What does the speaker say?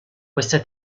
questa